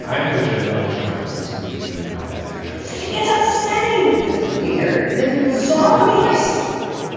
i'm legitimately shocked that scooby doo now has actually it's upsetting. it's weird. it isn't me, zogby's